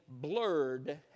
blurred